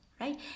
right